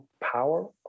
power